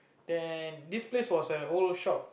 then this place was a old shop